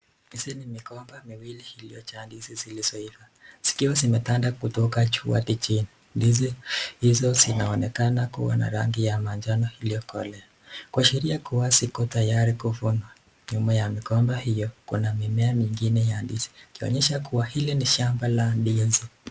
Hizi ni migomba miwili iliyojaa ndizi zilizoiva, zikiwa zimetanda kutoka juu hadi chini, ndizi hizo zinaonekana kuwa na rangi ya manjano iliyo kolea kuashiria kuwa ziko tayari kuvunwa. nyuma ya migomba hiyo kuna mimea mengine ya ndizi kuonyesha kuwa ile ni shamba la ndizi.